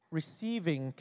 ，receiving